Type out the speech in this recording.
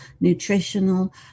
Nutritional